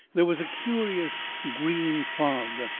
there was a curious green fog.